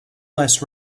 less